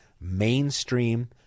mainstream